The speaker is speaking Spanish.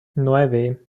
nueve